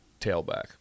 tailback